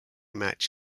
match